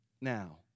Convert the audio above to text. Now